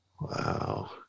Wow